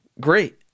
Great